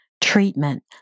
treatment